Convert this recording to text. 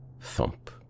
Thump